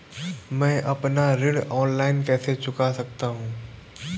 मैं अपना ऋण ऑनलाइन कैसे चुका सकता हूँ?